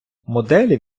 моделі